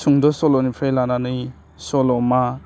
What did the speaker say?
सुंद' सल'निफ्राय लानानै सल'मा